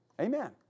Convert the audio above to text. Amen